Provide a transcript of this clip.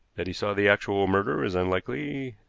that he saw the actual murder is unlikely,